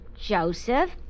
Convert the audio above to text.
Joseph